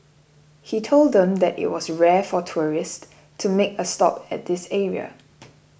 he told them that it was rare for tourist to make a stop at this area